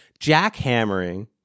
jackhammering